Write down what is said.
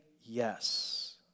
yes